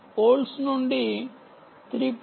8 వోల్ట్ల నుండి 3